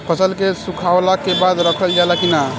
फसल के सुखावला के बाद रखल जाला कि न?